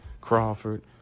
Crawford